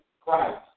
Christ